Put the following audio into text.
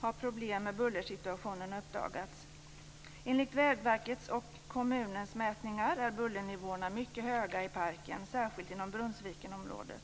har problem med bullersituationen uppdagats. Enligt Vägverkets och kommunens mätningar är bullernivåerna mycket höga i parken, särskilt inom Brunnsvikenområdet.